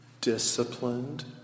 disciplined